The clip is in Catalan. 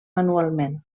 manualment